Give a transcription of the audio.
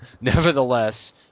nevertheless